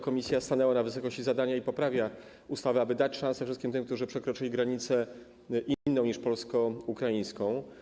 Komisja stanęła na wysokości zadania i poprawia ustawę, aby dać szansę wszystkim tym, którzy przekroczyli granicę inną niż polsko-ukraińska.